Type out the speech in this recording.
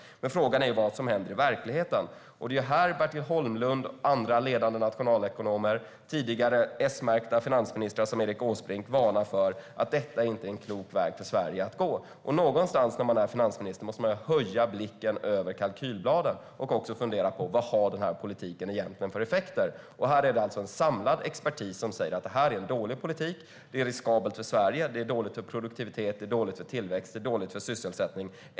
Frågan är dock vad som händer i verkligheten, och när det gäller detta varnar Bertil Holmlund och andra ledande nationalekonomer, liksom den S-märkte tidigare finansministern Erik Åsbrink, för att detta inte är en klok väg för Sverige att gå. En finansminister måste någonstans höja blicken över kalkylbladen och också fundera på vad den här politiken egentligen har för effekter. Här är det alltså en samlad expertis som säger att detta är dålig politik, det är riskabelt för Sverige, det är dåligt för produktivitet och dåligt för tillväxt och sysselsättning.